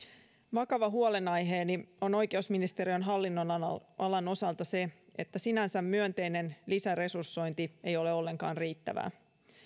vakava huolenaiheeni on oikeusministeriön hallinnonalan osalta se että sinänsä myönteinen lisäresursointi ei ole ollenkaan riittävää